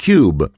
Cube